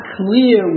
clear